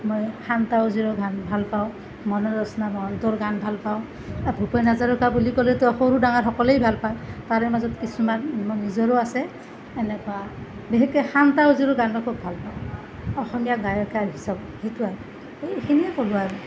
মই শান্তা উজীৰৰ গান ভাল পাওঁ মনজ্যোৎস্না মহন্তৰ গান ভাল পাওঁ ভূপেন হাজৰিকা বুলি ক'লেতো সৰু ডাঙৰ সকলোৱে ভাল পায় তাৰে মাজত কিছুমান নিজৰো আছে এনেকুৱা বিশেষকৈ শান্তা উজীৰৰ গান মই খুব ভাল পাওঁ অসমীয়া গায়িকা হিচাপত সেইটো আৰু এইখিনিয়েই ক'লোঁ আৰু